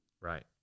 Right